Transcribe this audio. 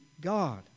God